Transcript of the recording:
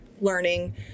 learning